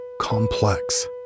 complex